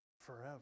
forever